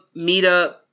Meetup